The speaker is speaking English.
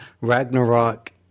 Ragnarok